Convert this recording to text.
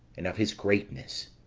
and of his greatness,